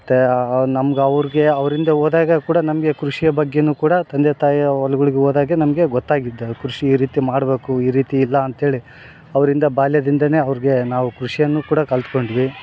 ಮತ್ತು ನಮ್ಗೆ ಅವ್ರ್ಗೆ ಅವ್ರಿಂದೆ ಹೋದಾಗ ಕೂಡ ನಮಗೆ ಕೃಷಿಯ ಬಗ್ಗೆನು ಕೂಡ ತಂದೆ ತಾಯಿಯ ಹೊಲ್ಗುಳಗೆ ಹೋದಾಗೆ ನಮಗೆ ಗೊತ್ತಾಗಿದ್ದ ಕೃಷಿ ಈ ರೀತಿ ಮಾಡಬೇಕು ಈ ರೀತಿ ಇಲ್ಲ ಅಂತೇಳಿ ಅವರಿಂದ ಬಾಲ್ಯದಿಂದಾನೆ ಅವ್ರ್ಗೆ ನಾವು ಕೃಷಿಯನ್ನು ಕೂಡ ಕಲ್ತ್ಕೊಂಡ್ವಿ